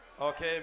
Okay